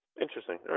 Interesting